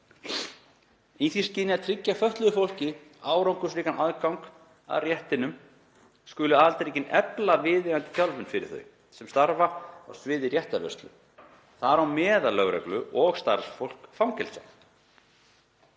Í því skyni að tryggja fötluðu fólki árangursríkan aðgang að réttinum skulu aðildarríkin efla viðeigandi þjálfun fyrir þau sem starfa á sviði réttarvörslu, þar á meðal lögreglu og starfsfólk fangelsa.“